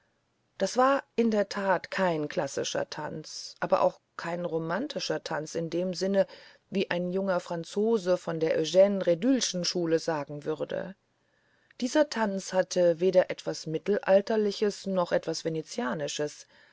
das war in der tat kein klassischer tanz aber auch kein romantischer tanz in dem sinne wie ein junger franzose von der eugne renduelschen schule sagen würde dieser tanz hatte weder etwas mittelalterliches noch etwas venezianisches